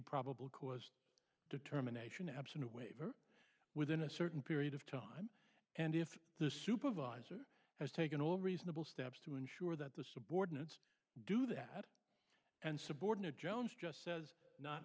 probable cause determination absent a waiver within a certain period of time and if the supervisor has taken all reasonable steps to ensure that the subordinates do that and subordinate jones just says not